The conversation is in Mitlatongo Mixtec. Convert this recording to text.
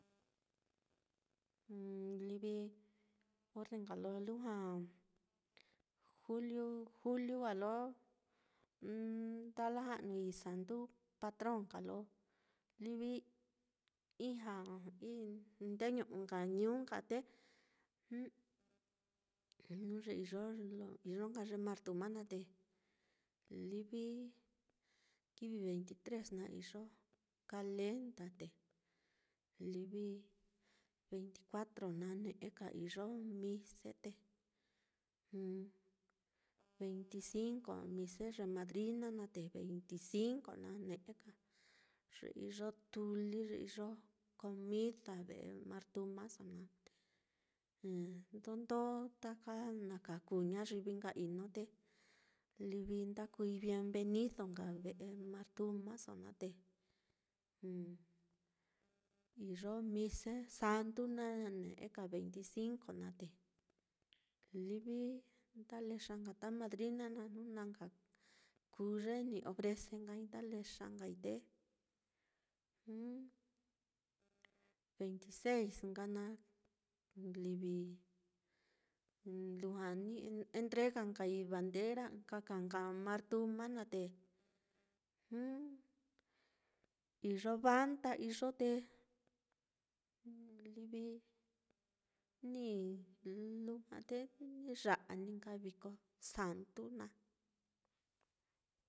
ivi orre nka lo lujua, juliu, juliu á lo ndalaja'nui santu patron nka lo livi ijña, ndeñu'u nka ñuu nka á, te jnu ye iyo lo iyo nka ye martuma naá, te livi kivi veinti tres na iyo calenda, te livi veinti cuatro naá ne'eka iyo mise, te veinti cinco mise ye madrina naá, te veinti cinco ne'eka ye iyo tuli, ye iyo comida ve'e martumaso naá te ndondo taka na ka kuu ñayivi nka ino, te ndakui bienvenido nka ve'e martumaso naá, te iyo mise santu naá ne'eka veinti cinco naá, te livi nda lexa nka ta madrina naá jnu na nka kuu ye ni ofrecei, nda lexai nkai, te veinti seis nka naá livi lujua ni nka entrega nkai bandera ɨka ka nka martuma naá, te iyo banda iyo te livi lujua te ni ya'a nka viko santu naá.